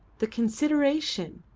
the consideration,